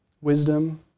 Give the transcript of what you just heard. wisdom